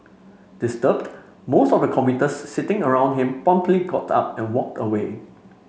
disturbed most of the commuters sitting around him promptly got up and walked away